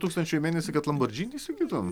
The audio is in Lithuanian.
tūkstančiai į mėnesį kad lambordžini įsigytum